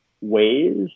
ways